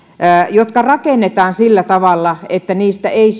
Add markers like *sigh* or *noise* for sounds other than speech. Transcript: jotka rakennetaan sillä tavalla että niistä ei *unintelligible*